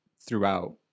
throughout